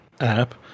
app